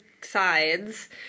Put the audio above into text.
sides